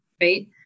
right